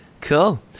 cool